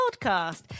podcast